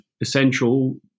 essential